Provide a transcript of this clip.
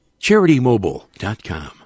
CharityMobile.com